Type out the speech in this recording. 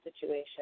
situation